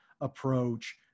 approach